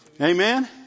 Amen